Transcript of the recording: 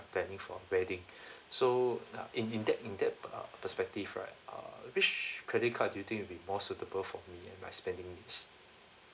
planning for wedding so uh in in that in that uh perspective right uh which credit card do you think will be more suitable for me and my spending list